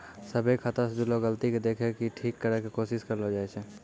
सभ्भे खाता से जुड़लो गलती के देखि के ठीक करै के कोशिश करलो जाय छै